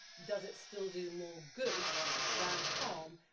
does it still do more good than harm?